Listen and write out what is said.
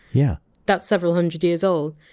yeah that's several hundred years old.